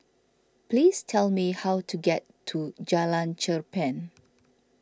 please tell me how to get to Jalan Cherpen